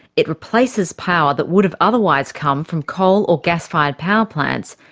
it replaces power that would have otherwise come from coal or gas-fired power plants,